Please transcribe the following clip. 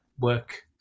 work